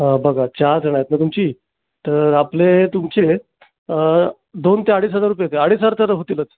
हां बघा चार जण आहेत ना तुमची तर आपले तुमचे दोन ते अडीच हजार रुपये होतील अडीच हजार तर होतीलच